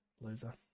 Loser